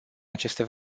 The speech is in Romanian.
aceste